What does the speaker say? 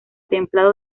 templado